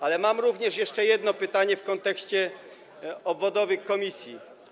Ale mam również jeszcze jedno pytanie w kontekście obwodowych komisji.